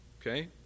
okay